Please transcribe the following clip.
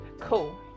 Cool